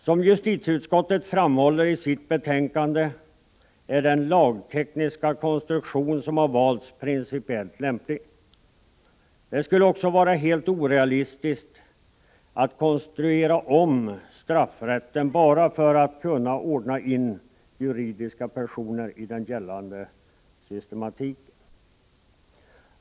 Som justitieutskottet framhåller i sitt betänkande är den lagtekniska konstruktion som har valts principiellt lämplig. Det skulle också vara helt orealistiskt att konstruera om straffrätten bara för att kunna ordna in juridiska personer i den gällande systematiken.